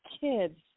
kids